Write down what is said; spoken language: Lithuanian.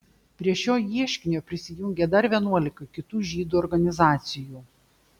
prie šio ieškinio prisijungė dar vienuolika kitų žydų organizacijų